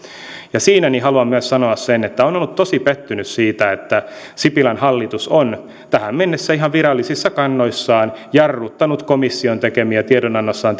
ja siinä haluan myös sanoa sen että olen ollut tosi pettynyt siitä että sipilän hallitus on tähän mennessä ihan virallisissa kannoissaan jarruttanut komission tekemiä tiedonannossaan